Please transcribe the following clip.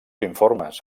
informes